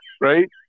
Right